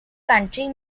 country